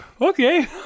okay